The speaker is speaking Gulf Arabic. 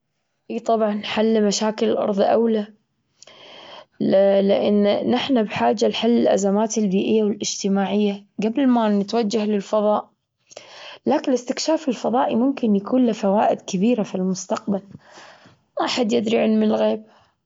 إي طبعا حل مشاكل الأرض أولى، ل- لأن نحنا بحاجة لحل الأزمات البيئية والاجتماعية جبل ما نتوجه للفضاء، لكن الاستكشاف الفضائي ممكن يكون له فوائد كبيرة في المستقبل، ما حد يدري علم الغيب.